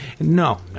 No